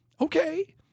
okay –